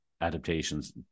adaptations